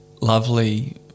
lovely